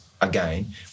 again